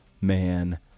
man